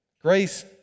Grace